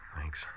Thanks